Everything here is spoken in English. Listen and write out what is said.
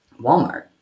Walmart